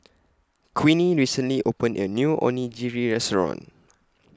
Queenie recently opened A New Onigiri Restaurant